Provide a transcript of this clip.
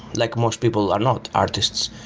like most people are not artists,